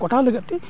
ᱠᱟᱴᱟᱣ ᱞᱟᱹᱜᱤᱫᱛᱮ